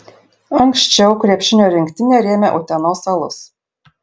anksčiau krepšinio rinktinę rėmė utenos alus